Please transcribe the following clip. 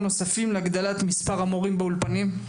נוספים להגדלת מספר המורים באולפנים.